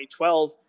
2012